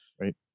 Right